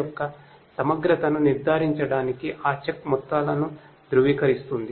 యొక్క సమగ్రతను నిర్ధారించడానికి ఆ చెక్ మొత్తాలను ధృవీకరిస్తుంది